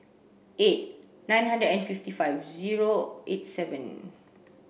eight nine hundred and fifty five zero eight seven